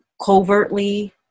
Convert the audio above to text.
covertly